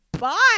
bye